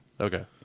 Okay